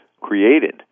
created